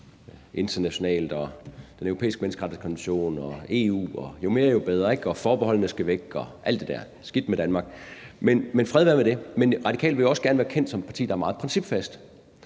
internationale, Den Europæiske Menneskerettighedskonvention og EU, og jo mere, jo bedre, ikke? Forbeholdene skal væk, og alt det der – skidt med Danmark. Men fred være med det. Radikale vil jo også gerne være kendt som et parti, der er meget principfast